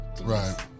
Right